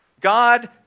God